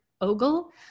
Ogle